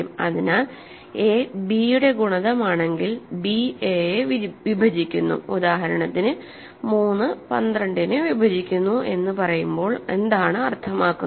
അതിനാൽa b യുടെ ഗുണിതമാണെങ്കിൽ b a യെ വിഭജിക്കുന്നുഉദാഹരണത്തിന് 3 12 നെ വിഭജിക്കുന്നു എന്ന് പറയുമ്പോൾ എന്താണ് അർത്ഥമാക്കുന്നത്